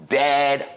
dad